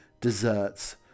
desserts